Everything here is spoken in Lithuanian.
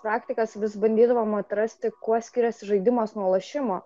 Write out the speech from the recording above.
praktikas vis bandydavom atrasti kuo skiriasi žaidimas nuo lošimo